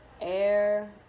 Air